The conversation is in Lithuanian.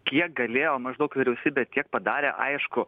kiek galėjo maždaug vyriausybė tiek padarė aišku